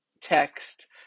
text